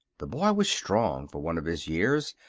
the boy was strong for one of his years,